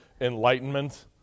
Enlightenment